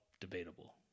debatable